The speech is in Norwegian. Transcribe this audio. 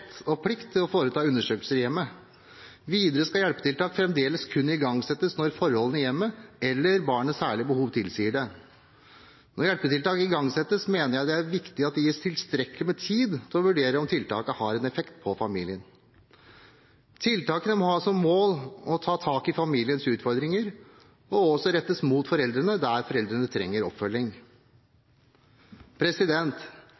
og plikt til å foreta undersøkelser i hjemmet. Videre skal hjelpetiltak fremdeles kun igangsettes når forholdene i hjemmet eller barnets særlige behov tilsier det. Når hjelpetiltak igangsettes, mener jeg det er viktig at det gis tilstrekkelig med tid til å vurdere om tiltaket har en effekt på familien. Tiltakene må ha som mål å ta tak i familienes utfordringer, og også rettes mot foreldrene der foreldrene trenger